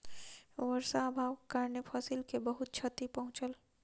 वर्षा अभावक कारणेँ फसिल के बहुत क्षति पहुँचल